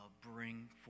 bring